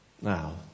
Now